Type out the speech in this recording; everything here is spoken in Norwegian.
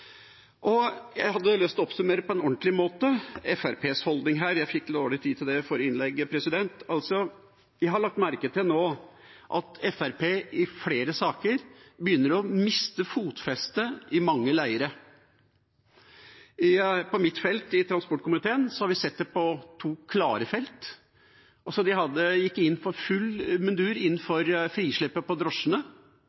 Jeg hadde lyst til å oppsummere på en ordentlig måte Fremskrittspartiets holdning her, for jeg fikk dårlig tid til det i forrige innlegg. Jeg har lagt merke til at Fremskrittspartiet nå i flere saker begynner å miste fotfestet i mange leirer. På mitt felt, i transportkomiteen, har vi sett det på to klare områder: De gikk i full mundur inn